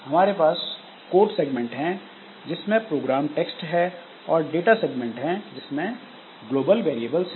हमारे पास code segment है जिसमें प्रोग्राम टेक्स्ट है और डाटा सेगमेंट है जिसमें ग्लोबल वैरियेबल्स हैं